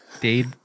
Dade